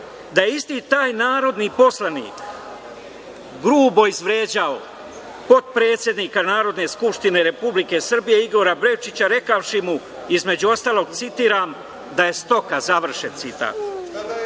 da je isti taj narodni poslanik grubo izvređao potpredsednika Narodne skupštine Republike Srbije, Igora Bečića rekavši mu, između ostalog citiram – „da je stoka“, završen citat.